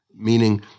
meaning